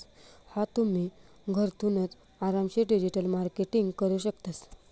हा तुम्ही, घरथूनच आरामशीर डिजिटल मार्केटिंग करू शकतस